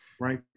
Right